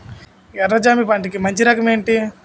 ఎర్ర జమ పంట కి మంచి రకం ఏంటి?